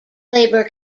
labour